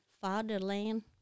fatherland